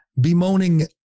bemoaning